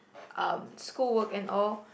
um school work and all